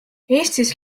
eestis